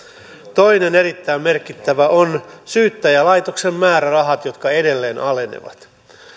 toinen erittäin merkittävä asia on syyttäjälaitoksen määrärahat jotka edelleen alenevat